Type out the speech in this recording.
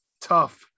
tough